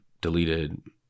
deleted –